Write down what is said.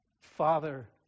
Father